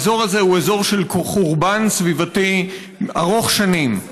האזור הזה הוא אזור של חורבן סביבתי ארוך שנים.